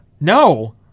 No